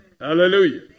Hallelujah